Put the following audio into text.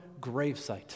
gravesite